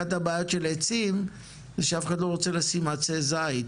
אחד הבעיות של עצים זה שאף אחד לא רוצה לשים עצי זית